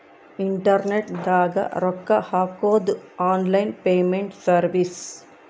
internet ದಾಗ ರೊಕ್ಕ ಹಾಕೊದು ಆನ್ಲೈನ್ ಪೇಮೆಂಟ್ ಸರ್ವಿಸ್